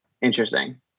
Interesting